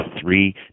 three